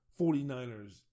49ers